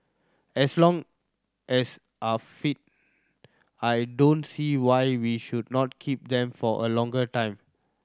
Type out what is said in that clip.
as long as are fit I don't see why we should not keep them for a longer time